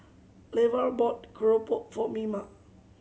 Levar bought keropok for Mima